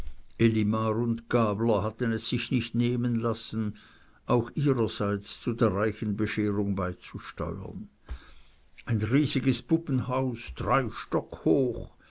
und gabler hatten es sich nicht nehmen lassen auch ihrerseits zu der reichen bescherung beizusteuern ein riesiges puppenhaus drei stock hoch